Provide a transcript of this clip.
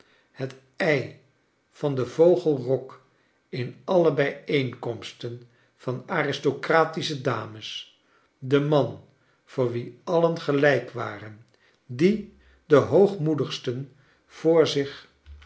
het ei van den vogel kok in alle bijeenkomsten van aristocratische dames t de man voor wien alien gelijk waren die de hoogmoedigsten voor zich